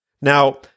Now